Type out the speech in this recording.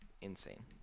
insane